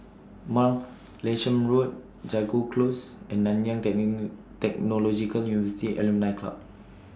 Martlesham Road Jago Close and Nanyang Technological University Alumni Club